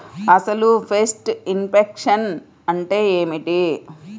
అసలు pest infection అంటే ఏమిటి?